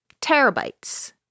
terabytes